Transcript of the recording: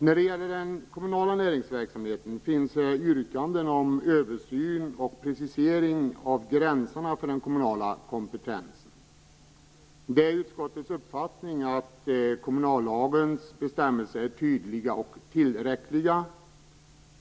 När det gäller den kommunala näringsverksamheten finns det yrkanden om en översyn och en precisering av gränserna för den kommunala kompetensen. Det är utskottets uppfattning att kommunallagens bestämmelser är tydliga och tillräckliga.